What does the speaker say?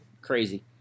Crazy